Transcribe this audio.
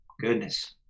goodness